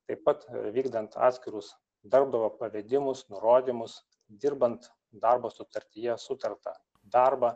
taip pat vykdant atskirus darbdavio pavedimus nurodymus dirbant darbo sutartyje sutartą darbą